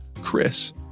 Chris